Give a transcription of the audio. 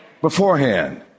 Beforehand